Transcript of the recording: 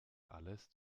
alles